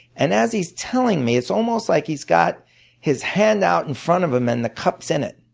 and as he's telling me, it's almost like he's got his hand out in front of him and the cup's in it.